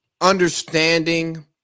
understanding